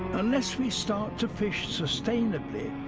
unless we start to fish sustainably,